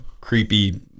creepy